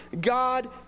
God